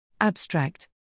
Abstract